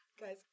guys